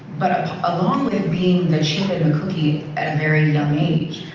but ah along with being the chip in the cookie at a very young age,